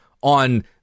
on